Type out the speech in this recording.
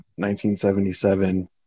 1977